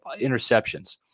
interceptions